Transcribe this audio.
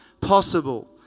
possible